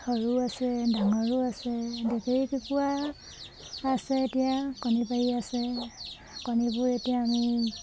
সৰুও আছে ডাঙৰো আছে ডেকেৰী কুকুৰা আছে এতিয়া কণী পাৰি আছে কণীবোৰ এতিয়া আমি